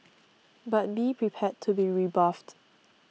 but be prepared to be rebuffed